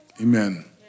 Amen